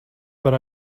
but